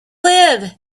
live